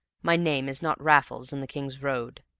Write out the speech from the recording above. my name is not raffles in the king's road.